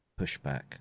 pushback